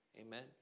amen